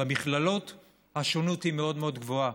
במכללות השונות היא מאוד מאוד גבוהה,